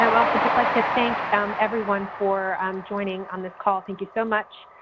um also just like to thank um everyone for um joining on this call. thank you so much.